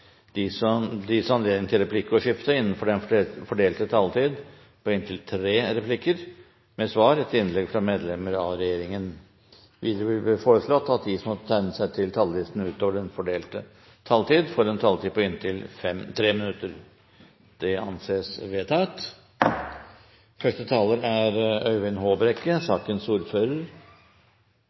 det blir gitt anledning til replikkordskifte på inntil tre replikker med svar etter innlegg fra partienes hovedtalere og medlemmer av regjeringen innenfor den fordelte taletid. Videre vil presidenten foreslå at de som måtte tegne seg på talerlisten utover den fordelte taletid, får en taletid på inntil 3 minutter. – Det anses vedtatt. Det er